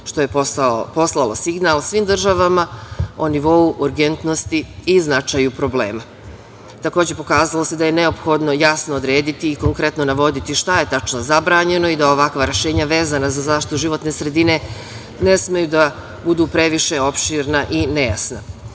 što je poslalo signal svim državama o nivou urgentnosti i značaju problema. Takođe, pokazalo se da je neophodno jasno odrediti i konkretno navoditi šta je tačno zabranjeno i da ovakva rešenja za zaštitu životne sredine ne smeju da budu previše opširna i nejasna.